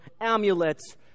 amulets